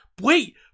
wait